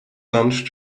lunch